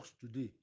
today